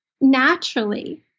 naturally